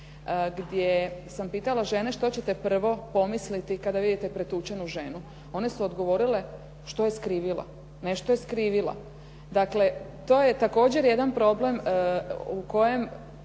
gdje sam pitala žene što ćete prvo pomisliti kada vidite pretučenu ženu. One su odgovorile što je skrivila, nešto je skrivila. Dakle, to je također jedan problem u kojem